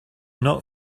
not